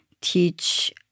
teach